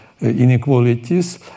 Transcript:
inequalities